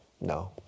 No